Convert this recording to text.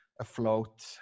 afloat